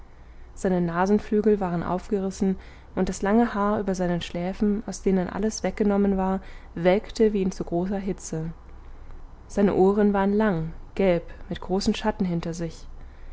seine nasenflügel waren aufgerissen und das lange haar über seinen schläfen aus denen alles weggenommen war welkte wie in zu großer hitze seine ohren waren lang gelb mit großen schatten hinter sich